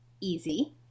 easy